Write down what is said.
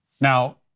Now